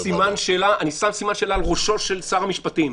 אני שם סימן שאלה על ראשו של שר המשפטים,